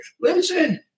Listen